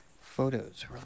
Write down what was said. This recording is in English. photos